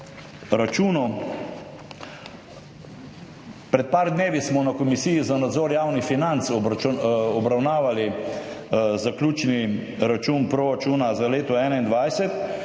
računu, pred nekaj dnevi smo na Komisiji za nadzor javnih financ obravnavali zaključni račun proračuna za leto 2021,